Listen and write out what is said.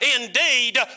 indeed